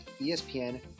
ESPN